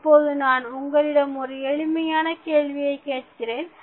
இப்பொழுது நான் உங்களிடம் ஒரு எளிமையான கேள்வியை கேட்கிறேன்